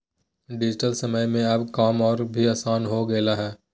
digital समय में अब काम और भी आसान हो गेलय हें